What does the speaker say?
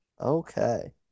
Okay